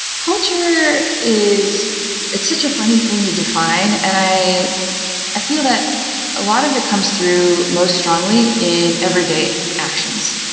culture is it's such a funny thing to define. and i i feel that a lot of it comes through most strongly in everyday actions.